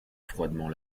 froidement